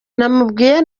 namubwiye